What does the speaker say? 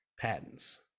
patents